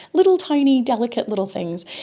little tiny delicate little things.